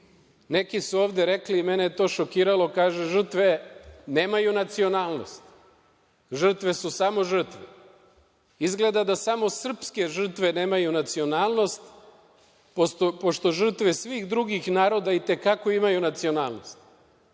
su ovde rekli i mene je to šokiralo, kaže – žrtve nemaju nacionalnost, žrtve su samo žrtve. Izgleda da samo srpske žrtve nemaju nacionalnost, pošto žrtve svih drugih naroda i te kako imaju nacionalnost.